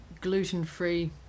gluten-free